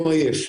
הוא עייף.